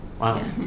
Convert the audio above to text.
Wow